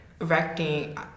Erecting